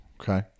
okay